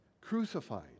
crucified